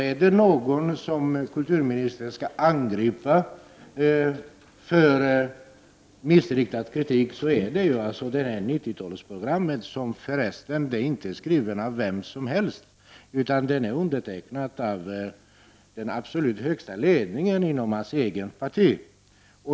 Är det något kulturministern skall angripa, är det 90-talsprogrammet, som förresten inte är skrivet av vem som helst, utan undertecknat av den absolut högsta ledningen inom hans eget parti.